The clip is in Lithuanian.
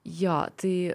jo tai